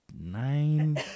nine